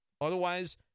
Otherwise